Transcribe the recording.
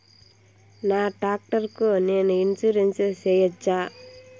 నా టాక్టర్ కు నేను ఇన్సూరెన్సు సేయొచ్చా?